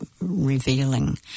revealing